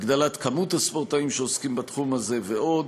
הגדלת כמות הספורטאים שעוסקים בתחום הזה ועוד.